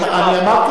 אני אמרתי זאת.